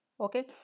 Okay